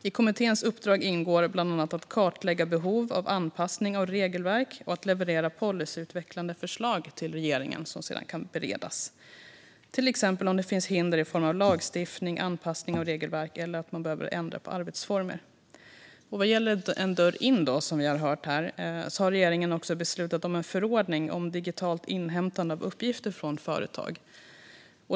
I kommitténs uppdrag ingår bland annat att kartlägga behov av anpassning av regelverk och att leverera policyutvecklande förslag till regeringen som sedan kan beredas. Det kan till exempel gälla eventuella hinder i form av lagstiftning, anpassning av regelverk eller behov av förändrade arbetsformer. Vad gäller En dörr in, som vi har hört om här, har regeringen beslutat om en förordning om digitalt inhämtande av uppgifter från företag.